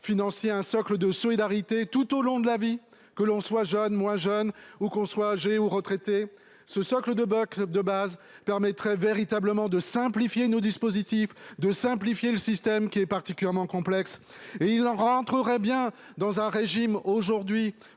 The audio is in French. financier un socle de solidarité tout au long de la vie que l'on soit jeune, moins jeune, ou qu'on soit âgée ou retraitée ce socle de club de base permettrait véritablement de simplifier nos dispositifs de simplifier le système qui est particulièrement complexe et il rentrerait bien dans un régime aujourd'hui